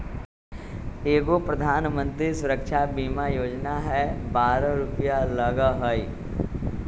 एगो प्रधानमंत्री सुरक्षा बीमा योजना है बारह रु लगहई?